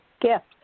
gift